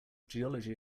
geology